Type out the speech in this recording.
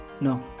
no